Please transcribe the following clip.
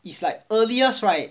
it's like earliest right